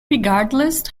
regardless